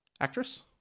actress